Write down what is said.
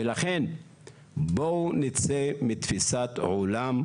ולכן בואו נצא מתפיסת עולם,